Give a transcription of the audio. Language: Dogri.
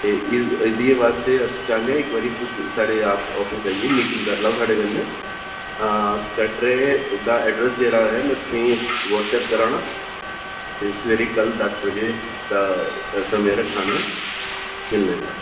एह्दे आस्तै अस चाह्न्ने आं इक बारी तुस साढ़े आफिस आइयै मीटिंग करी लैओ साढ़े कन्नै कटड़े दा एडरैस्स जेह्ड़ा ऐ में तुसें गी व्हाट्सऐप करै ना ते सवेरे कल्ल दस बजे दा समें रक्खै ने आं मिलने दा